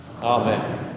amen